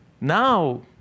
Now